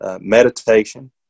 Meditation